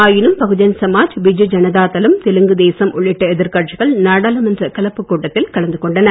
ஆயினும் பகுஜன் சமாஜ் பிஜு ஜனதாதளம் தெலுங்கு தேசம் உள்ளிட்ட எதிர்கட்சிகள் நாடாளுமன்ற கலப்புக் கூட்டத்தில் கலந்துகொண்டன